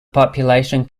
population